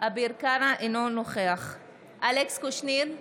אינו נוכח אלכס קושניר,